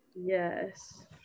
Yes